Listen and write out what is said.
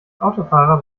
autofahrer